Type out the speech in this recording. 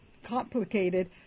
complicated